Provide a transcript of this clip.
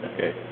Okay